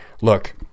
Look